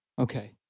Okay